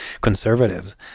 conservatives